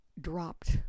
dropped